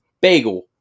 bagel